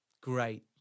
Great